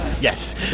Yes